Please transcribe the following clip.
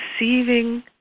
receiving